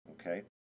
okay